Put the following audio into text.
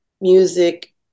music